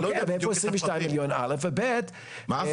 אין פה עשרים ושניים מיליון, אל"ף ובי"ת --- מה?